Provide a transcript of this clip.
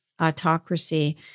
autocracy